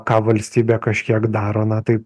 ką valstybė kažkiek daro na tai